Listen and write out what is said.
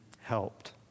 helped